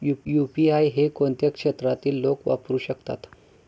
UPI हे कोणत्या क्षेत्रातील लोक वापरू शकतात?